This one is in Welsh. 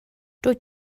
dwyt